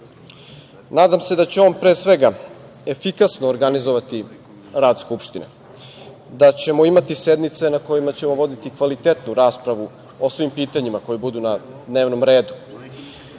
se da će on pre svega efikasno organizovati rad Skupštine, da ćemo imati sednice na kojima ćemo voditi kvalitetnu raspravu o svim pitanjima koja budu na dnevnom redu,